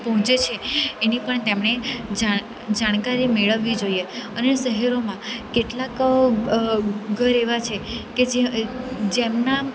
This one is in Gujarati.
પહોંચે છે એની પણ તેમણે જાણ જાણકારી મેળવવી જોઈએ અને શહેરોમાં કેટલાંક ઘર એવાં છે કે જે જેમના